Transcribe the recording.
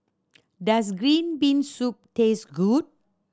does green bean soup taste good